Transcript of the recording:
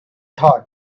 thought